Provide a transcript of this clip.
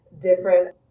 different